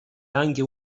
anche